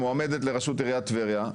מועמדת לראשות עיריית טבריה,